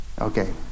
Okay